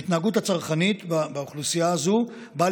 ההתנהגות הצרכנית באוכלוסייה הזו באה